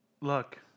Look